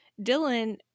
Dylan